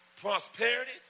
prosperity